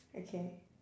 okay